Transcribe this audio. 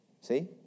See